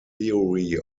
theory